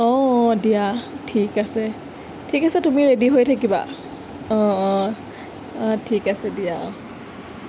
অঁ অঁ দিয়া ঠিক আছে ঠিক আছে তুমি ৰেডি হৈ থাকিবা অঁ অঁ অঁ ঠিক আছে দিয়া অঁ